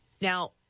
Now